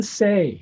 say